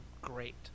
great